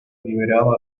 liberado